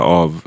av